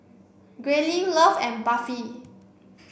Grayling Love and Buffy